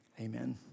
amen